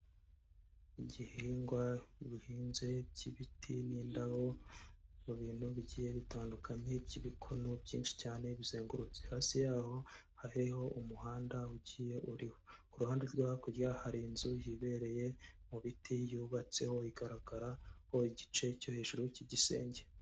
Igihingwa bihinze by'ibiti n'indabo mubintu bigiye bitandukanye by'ibikono byinshi cyane bizengurutse, hasi yaho haho umuhanda ugiye uriho ku ruhande rwo hakurya hari inzu yibereye mu biti yubatseho igaragaraho igice cyo hejuru cy'igisenge.